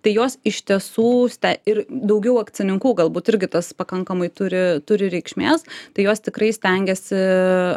tai jos iš tiesų sta ir daugiau akcininkų galbūt irgi tas pakankamai turi turi reikšmės tai jos tikrai stengiasi